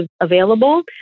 available